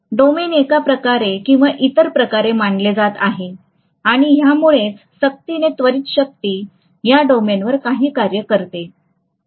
domain एका प्रकारे किंवा इतर प्रकारे मांडले जात आहे आणि ह्याचमुळे सक्तीने त्वरित शक्ती या डोमेनवर काही कार्य करते